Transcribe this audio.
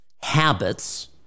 Habits